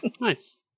Nice